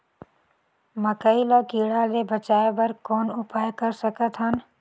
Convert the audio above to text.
मकई ल कीड़ा ले बचाय बर कौन उपाय कर सकत हन?